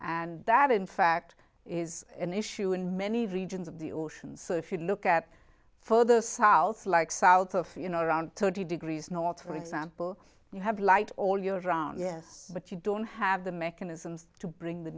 and that in fact is an issue in many regions of the oceans so if you look at further south like south of you know around thirty degrees north for example you have light all year round yes but you don't have the mechanisms to bring the